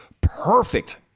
perfect